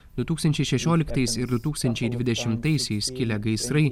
du tūkstančiai šešioliktais ir du tūkstančiai dvidešimtaisiais kilę gaisrai